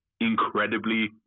incredibly